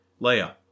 Leia